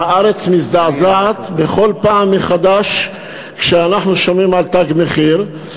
והארץ מזדעזעת בכל פעם מחדש כשאנחנו שומעים על "תג מחיר".